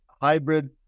hybrid